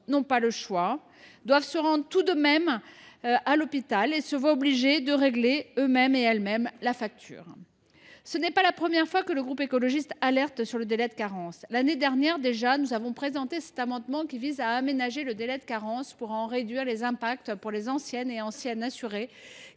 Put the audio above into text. n’ont pas le choix et doivent se rendre tout de même à l’hôpital, où ils se voient obligés de régler eux mêmes la facture. Ce n’est pas la première fois que le groupe Écologiste – Solidarité et Territoires alerte sur le délai de carence. L’année dernière, déjà, nous avons présenté cet amendement qui vise à aménager le délai de carence pour en réduire les impacts pour les anciens assurés